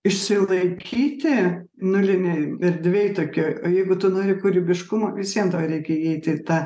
išsilaikyti nulinėj erdvėj tokioj jeigu tu nori kūrybiškumo vis vien tau reikia įeiti į tą